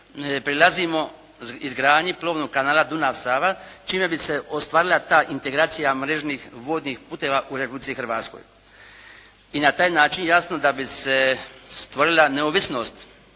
prilazimo izgradnji plovnog kanala Dunav-Sava čime bi se ostvarila ta integracija mrežnih, vodnih putova u Republici Hrvatskoj. I na taj način jasno da bi se stvorila neovisnost